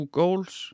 goals